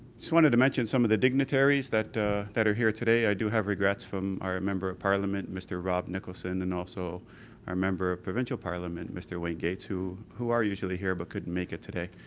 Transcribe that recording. just wanted to mention some of the dignitaries that that are here today, i do have regrets from our member of parliament, mr rob nicholson and also our member of provincial parliament, mr wayne gates, who who are usually here but couldn't make it today.